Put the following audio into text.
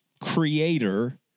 creator